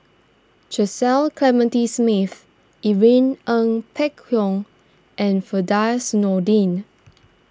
Cecil Clementi Smith Irene Ng Phek Hoong and Firdaus Nordin